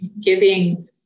Giving